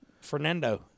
Fernando